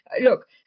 Look